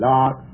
Lord